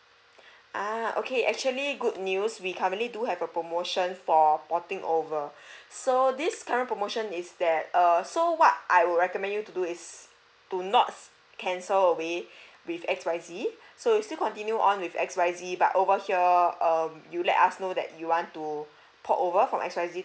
ah okay actually good news we currently do have a promotion for porting over so this current promotion is that err so what I would recommend you to do is to not cancel with with X Y Z so you still continue on with X Y Z but over here err you let us know that you want to port over from X Y Z